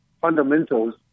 fundamentals